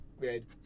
Red